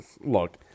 Look